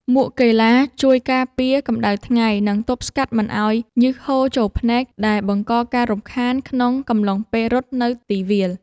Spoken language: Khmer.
មួកកីឡាជួយការពារកម្ដៅថ្ងៃ និងទប់ស្កាត់មិនឱ្យញើសហូរចូលភ្នែក ដែលបង្កការរំខានក្នុងកំឡុងពេលរត់នៅទីវាល។